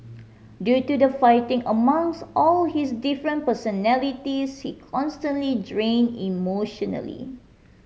due to the fighting among all his different personalities he constantly drained emotionally